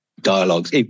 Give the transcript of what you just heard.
dialogues